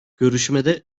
görüşmede